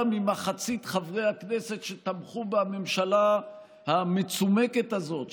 ממחצית חברי הכנסת שתמכו בממשלה המצומקת הזאת,